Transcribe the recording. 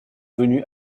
venu